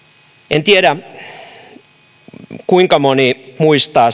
en tiedä kuinka moni muistaa